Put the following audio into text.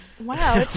Wow